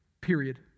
Period